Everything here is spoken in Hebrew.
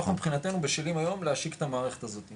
אנחנו מבחינתנו בשלים היום להשיק את המערכת הזאתי,